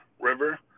river